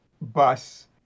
bus